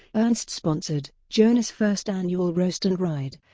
ernst sponsored joni's first annual roast and ride,